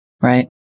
Right